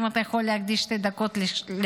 אם אתה יכול להקדיש שתי דקות להקשיב.